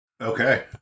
Okay